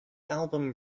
album